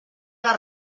les